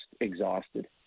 exhausted